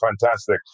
fantastic